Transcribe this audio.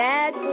Bad